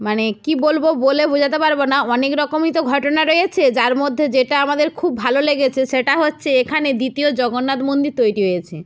মানে কী বলব বলে বোঝাতে পারব না অনেক রকমই তো ঘটনা রয়েছে যার মধ্যে যেটা আমাদের খুব ভালো লেগেছে সেটা হচ্ছে এখানে দ্বিতীয় জগন্নাথ মন্দির তৈরি হয়েছে